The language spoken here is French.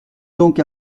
donc